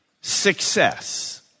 success